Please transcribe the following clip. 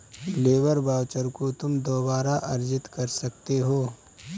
labour voucher को तुम दोबारा अर्जित कर सकते हो